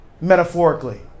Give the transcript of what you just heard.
metaphorically